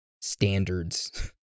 standards